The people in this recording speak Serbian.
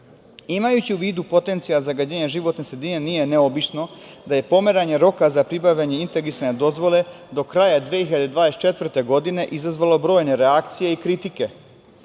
vazduha. Imajući u vidu potencijal zagađenja životne sredine nije neobično da je pomeranje roka za pribavljanje integrisane dozvole do kraja 2024. godine, izazvalo brojne reakcije i kritike. Obzirom